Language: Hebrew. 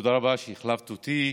תודה רבה שהחלפת אותי.